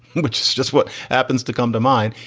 which is just what happens to come to mind.